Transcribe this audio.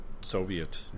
Soviet